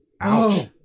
ouch